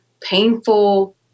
painful